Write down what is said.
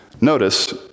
Notice